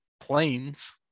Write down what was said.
planes